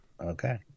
Okay